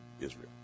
Israel